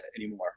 anymore